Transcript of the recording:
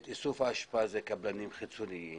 את איסוף האשפה מבצעים קבלנים חיצוניים,